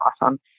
awesome